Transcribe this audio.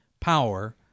power